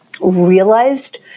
realized